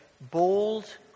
bold